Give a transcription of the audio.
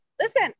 listen